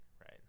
right